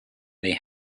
they